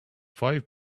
five